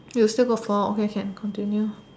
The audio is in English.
you still got four okay can continue